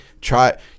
try